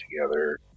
together